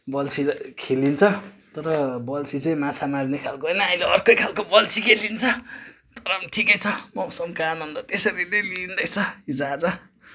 बल्छी त खेलिन्छ तर बल्छी चाहिँ माछा मार्ने खालकै आएन अर्कै खालको बल्छी खेलिन्छ तर पनि ठिकै छ मौसमको आनन्द त्यसरी नै लिँदैछ हिजोआज